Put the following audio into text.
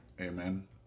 Amen